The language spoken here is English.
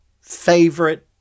favorite